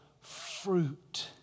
fruit